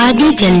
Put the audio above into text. da da